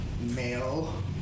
male